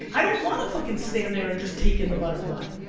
i don't wanna fucking stand there and just take in the butterfly.